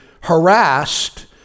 harassed